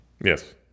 yes